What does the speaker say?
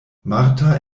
marta